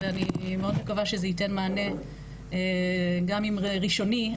אני יכולה לומר גם מדוגמאות של תיקים שאני טיפלתי כחוקרת לפני 15 שנים,